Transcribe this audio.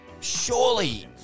Surely